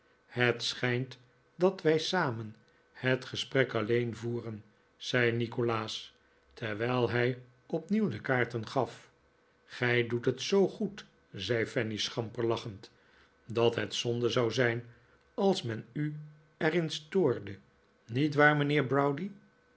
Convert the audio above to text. het schijnt dat wij samen het gesprek alleen voeren zei nikolaas terwijl hij opnieuw de kaarten gaf gij doet het zoo goed zei fanny schamper lachend dat het zohde zou zijn als men u er in stoorde niet waar mijnheer